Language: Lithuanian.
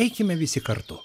eikime visi kartu